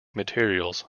materials